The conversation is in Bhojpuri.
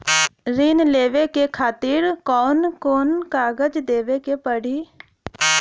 ऋण लेवे के खातिर कौन कोन कागज देवे के पढ़ही?